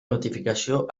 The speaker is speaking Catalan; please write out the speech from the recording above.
notificació